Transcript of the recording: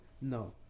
no